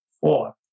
four